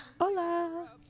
Hola